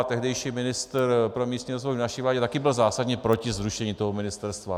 Tehdejší ministr pro místní rozvoj v naší vládě taky byl zásadně proti zrušení ministerstva.